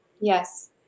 Yes